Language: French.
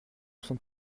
sont